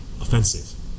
offensive